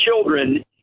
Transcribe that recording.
children